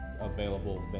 available